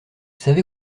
savez